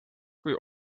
kui